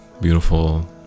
beautiful